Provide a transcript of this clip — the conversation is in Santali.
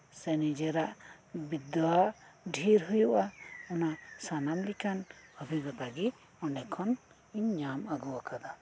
ᱥᱮ ᱱᱤᱡᱮᱨᱟᱜ ᱵᱤᱫᱫᱟ ᱰᱷᱤᱨ ᱦᱩᱭᱩᱜ ᱟ ᱚᱱᱟ ᱥᱟᱱᱟᱢ ᱞᱮᱠᱟᱱ ᱚᱵᱷᱤᱜᱚᱛᱟᱜᱤ ᱚᱸᱰᱮᱠᱷᱚᱱ ᱤᱧ ᱧᱟᱢ ᱟᱹᱜᱩ ᱟᱠᱟᱫᱟ